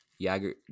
Jagger